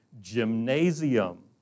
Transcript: gymnasium